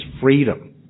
freedom